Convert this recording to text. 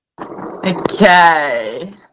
Okay